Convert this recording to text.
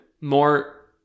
more